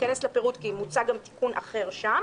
אכנס לפירוט כי מוצע גם תיקון אחר שם